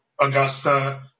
augusta